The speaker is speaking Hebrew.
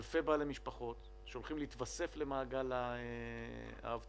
אלפי בעלי משפחות שהולכים להתווסף למעגל האבטלה,